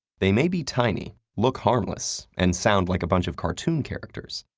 they may be tiny, look harmless, and sound like a bunch of cartoon characters,